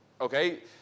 Okay